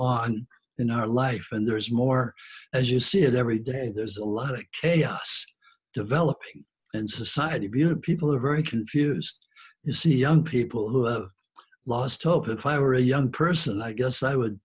on in our life and there is more as you see it every day there's a lot of chaos developing and society buna people are very confused you see young people who lost hope of fire or a young person i guess i would